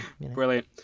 Brilliant